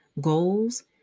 goals